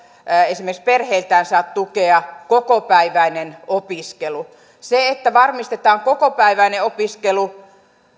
esimerkiksi perheiltään saa tukea kokopäiväinen opiskelu se että varmistetaan kokopäiväinen opiskelu